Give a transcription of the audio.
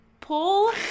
pull